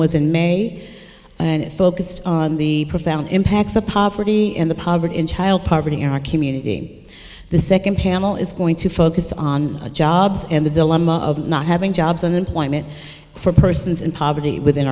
was in may and it focused on the profound impacts of poverty and the poverty in child poverty in our community the second panel is going to focus on jobs and the dilemma of not having jobs and employment for persons in poverty within